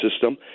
system